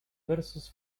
versus